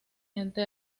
gente